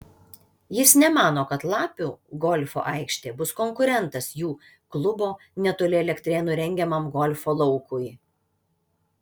jis nemano kad lapių golfo aikštė bus konkurentas jų klubo netoli elektrėnų rengiamam golfo laukui